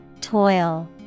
Toil